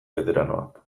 beteranoak